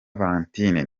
valentine